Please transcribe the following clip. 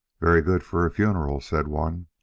very good for a funeral, said one.